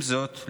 עם זאת,